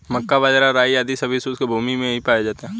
मक्का, बाजरा, राई आदि सभी शुष्क भूमी में ही पाए जाते हैं